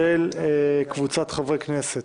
של קבוצת חברי כנסת.